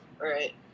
right